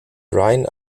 ryan